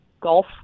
golf